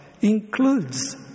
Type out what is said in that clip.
includes